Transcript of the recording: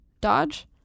Dodge